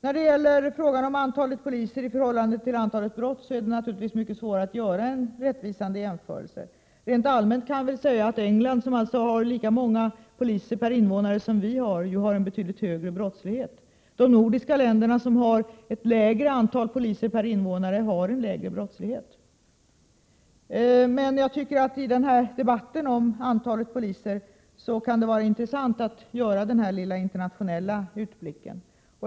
När det gäller antalet poliser i förhållande till antalet brott är det naturligtvis mycket svårare att göra en rättvisande jämförelse. Rent allmänt kan man väl säga att England, som alltså har lika många poliser per invånare som Sverige, ju har en betydligt högre brottslighet. De nordiska länderna, som har ett lägre antal poliser per invånare, har lägre brottslighet. I den här debatten om antalet poliser kan det vara intressant, tycker jag, att göra den här lilla internationella utblicken.